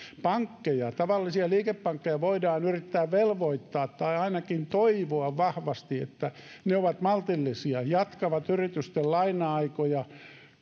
pankkeja tavallisia liikepankkeja voidaan yrittää velvoittaa tai ainakin toivoa vahvasti että ne ovat maltillisia ja jatkavat yritysten laina aikoja